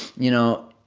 you know,